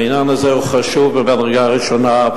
העניין הזה הוא חשוב ממדרגה ראשונה,